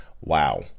Wow